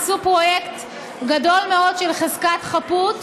עשו פרויקט גדול מאוד של חזקת חפות,